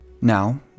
Now